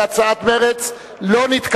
הצעת הסיכום של סיעת מרצ לא נתקבלה.